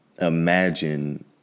imagine